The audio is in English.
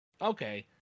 okay